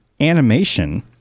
animation